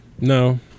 No